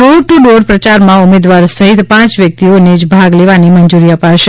door to door પ્રયારમાં ઉમેદવાર સહિત પાંચ વ્યક્તિઓને જ ભાગ લેવાની મંજૂરી અપાશે